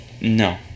No